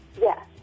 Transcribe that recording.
yes